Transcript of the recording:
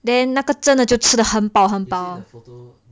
then 那个真的就吃得很饱很饱